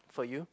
for you